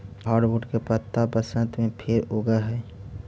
hardwood के पत्त्ता बसन्त में फिर उगऽ हई